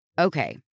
Okay